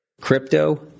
Crypto